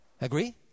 Agree